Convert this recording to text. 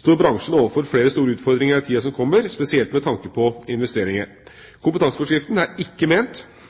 står bransjen overfor flere store utfordringer i tida som kommer, spesielt med tanke på investeringer. Kompetanseforskriften er ikke ment